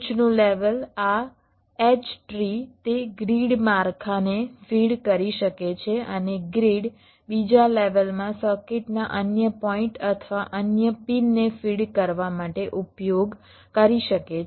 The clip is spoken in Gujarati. ટોચનું લેવલ આ H ટ્રી તે ગ્રીડ માળખાને ફીડ કરી શકે છે અને ગ્રીડ બીજા લેવલમાં સર્કિટના અન્ય પોઇન્ટ અથવા અન્ય પિનને ફીડ કરવા માટે ઉપયોગ કરી શકે છે